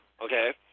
Okay